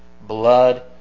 blood